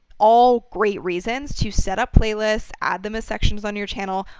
all great reasons to set up playlists, add them as sections on your channel,